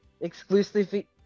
exclusively